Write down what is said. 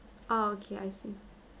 oh okay I see